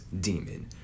demon